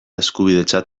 eskubidetzat